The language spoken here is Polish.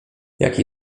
jaki